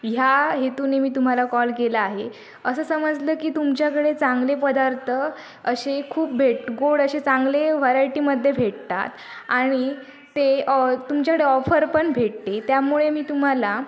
ह्या हेतूने मी तुम्हाला कॉल केला आहे असं समजलं की तुमच्याकडे चांगले पदार्थ असे खूप भेट गोड असे चांगले व्हरायटीमध्ये भेटतात आणि ते तुमच्याकडे ऑफर पण भेटते त्यामुळे मी तुम्हाला